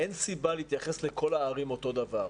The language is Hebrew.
אין סיבה להתייחס לכל הערים אותו דבר.